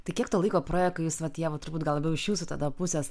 tai kiek to laiko praėjo kai jūs vat ieva turbūt labiau iš jūsų tada pusės